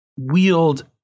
wield